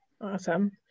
Awesome